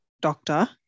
doctor